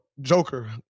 Joker